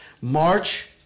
March